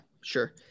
sure